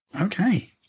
Okay